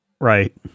Right